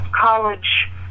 college